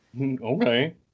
Okay